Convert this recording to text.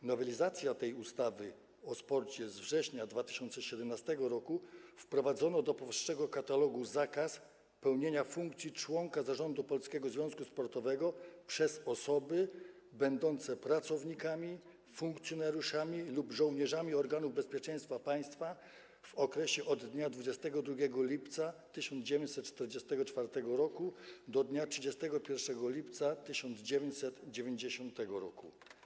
W nowelizacji tej ustawy o sporcie z września 2017 r. wprowadzono do powyższego katalogu zakaz pełnienia funkcji członka zarządu polskiego związku sportowego przez osoby będące pracownikami, funkcjonariuszami lub żołnierzami organów bezpieczeństwa państwa w okresie od dnia 22 lipca 1944 r. do dnia 31 lipca 1990 r.